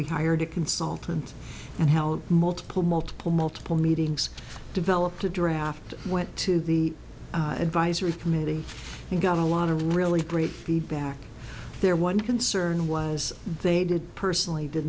we hired a consultant and held multiple multiple multiple meetings developed a draft went to the advisory committee and got a lot of really great feedback there one concern was they did personally did